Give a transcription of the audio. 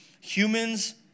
humans